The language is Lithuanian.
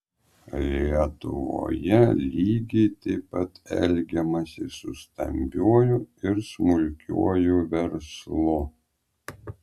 lietuvoje lygiai taip pat elgiamasi su stambiuoju ir smulkiuoju verslu